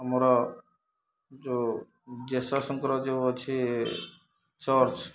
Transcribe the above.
ଆମର ଯେଉଁ ଯେଉଁ ଅଛି ଚର୍ଚ୍ଚ